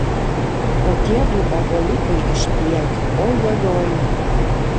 o tiedu obuoliukai iš priekio ojojoi